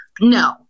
no